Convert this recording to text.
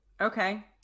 okay